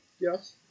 yes